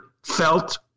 felt